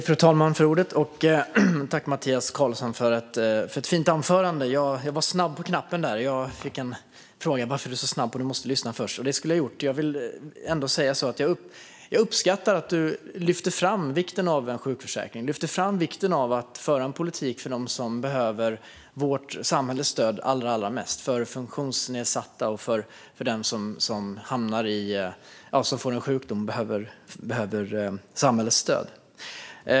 Fru talman! Tack, Mattias Karlsson, för ett fint anförande! Jag var snabb på replikknappen, och fick frågan: "Varför är du så snabb? Du måste lyssna först." Det skulle jag ha gjort. Jag vill säga att jag uppskattar att du lyfter fram vikten av sjukförsäkring och vikten av att föra en politik för dem som behöver vårt samhälles stöd allra mest - de funktionsnedsatta och de som får en sjukdom och behöver stöd.